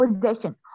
possession